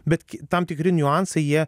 bet tam tikri niuansai jie